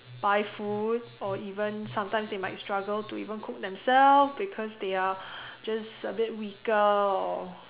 buy food or even sometimes they might struggle to even cook themselves because they are just a bit weaker or